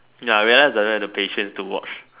ya I realize I don't have the patience to watch